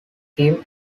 them